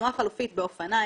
תנועה חלופית באופניים.